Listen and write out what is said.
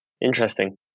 Interesting